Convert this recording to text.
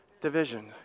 division